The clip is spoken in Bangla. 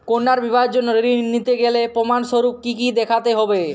কন্যার বিবাহের জন্য ঋণ নিতে গেলে প্রমাণ স্বরূপ কী কী দেখাতে হবে?